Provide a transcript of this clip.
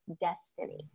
destiny